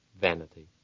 vanity